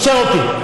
עוצר אותי.